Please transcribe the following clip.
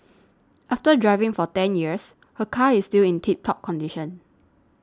after driving for ten years her car is still in tip top condition